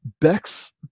bex